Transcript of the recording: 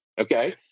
okay